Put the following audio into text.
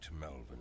melvin